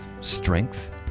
strength